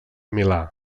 milà